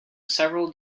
several